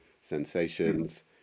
sensations